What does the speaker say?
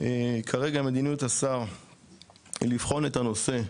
כרגע מדיניות השר לבחון את הנושא,